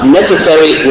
necessary